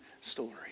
story